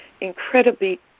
incredibly